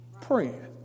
praying